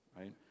right